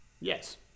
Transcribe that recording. Yes